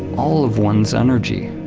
all of one's energy.